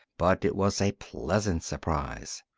but it was a pleasant surprise.